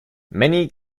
many